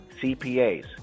CPAs